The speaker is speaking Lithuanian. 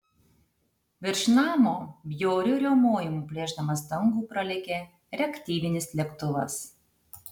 virš namo bjauriu riaumojimu plėšdamas dangų pralėkė reaktyvinis lėktuvas